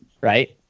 Right